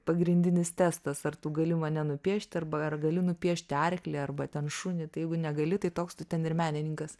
pagrindinis testas ar tu gali mane nupiešti arba ar gali nupiešti arklį arba ten šunį tai jeigu negali tai toks tu ten ir menininkas